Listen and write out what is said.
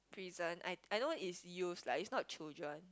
prison I I know is youths lah is not children